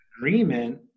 agreement